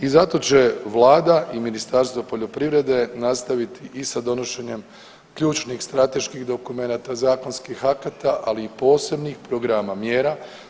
I zato će vlada i Ministarstvo poljoprivrede nastaviti i sa donošenjem ključnih strateških dokumenata, zakonskih akata, ali i posebnih programa mjera.